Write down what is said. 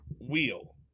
wheel